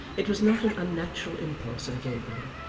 it was not an unnatural impulse in gabriel,